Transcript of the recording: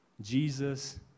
Jesus